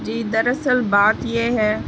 جی دراصل بات یہ ہے